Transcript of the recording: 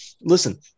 listen